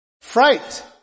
Fright